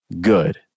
good